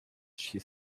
she